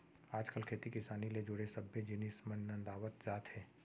आज काल खेती किसानी ले जुड़े सब्बे जिनिस मन नंदावत जात हें